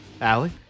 Allie